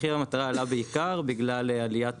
מחיר המטרה עלה בעיקר בגלל עליית